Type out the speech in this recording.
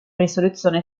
risoluzione